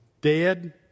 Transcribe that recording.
dead